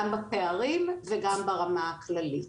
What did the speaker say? גם בפערים וגם ברמה הכללית.